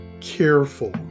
careful